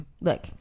Look